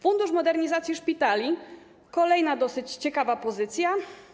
Fundusz modernizacji szpitali to kolejna dosyć ciekawa pozycja.